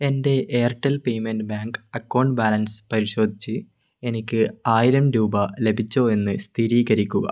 എൻ്റെ Airtel payment bank account balance പരിശോധിച്ച് എനിക്ക് ആയിരം രൂപ ലഭിച്ചോ എന്ന് സ്ഥിരീകരിക്കുക